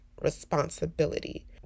responsibility